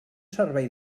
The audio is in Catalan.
servei